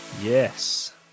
yes